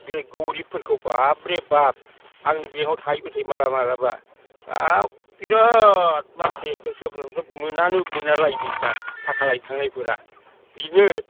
गोरिबफोरखौ बाबरे बाब आंनि बेंकआव थाहैबाय थायो माब्लाबा माब्लाबा बाब बिराद मानसि एक्के सानफ्रोमबो मोनानो मोनालायो बेसेरा थाखा लायनो थांनायफोरा बेनो